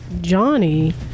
Johnny